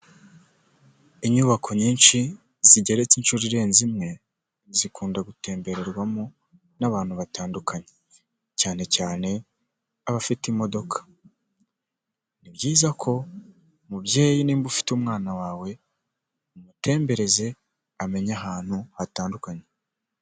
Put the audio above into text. Inyubako nyinshi zigeretse inshuro irenze imwe zikunda gutembererwamo n'abantu batandukanye cyane cyane abafite imodoka. Ni byiza ko mubyeyi nimba ufite umwana wawe, umutembereze amenye ahantu hatandukanye.